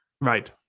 Right